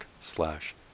slash